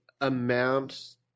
amount